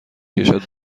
کشد